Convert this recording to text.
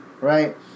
Right